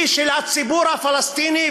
היא של הציבור הפלסטיני,